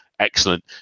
excellent